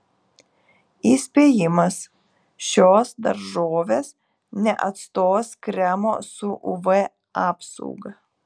įspėjimas šios daržovės neatstos kremo su uv apsauga